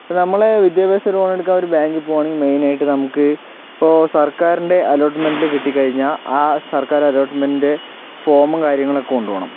ഇപ്പോ നമ്മളെ വിദ്യാഭ്യാസ ലോൺ എടുക്കാൻ ഒരു ബാങ്കിൽ പോകണമെങ്കിൽ മെയിൻ ആയിട്ട് നമുക്ക് ഇപ്പോ സർക്കാരിൻ്റെ അലോട്ട്മെൻറ്ല് കിട്ടിക്കഴിഞ്ഞാ ആ സർക്കാർ അലോട്ട്മെന്റീൻ്റെ ഫോമും കാര്യങ്ങളൊക്കെ കൊണ്ടുപോകണം